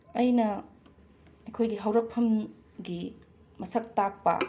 ꯑꯩꯅ ꯑꯩꯈꯣꯏꯒꯤ ꯍꯧꯔꯛꯐꯝꯒꯤ ꯃꯁꯛ ꯇꯥꯛꯄ